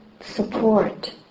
support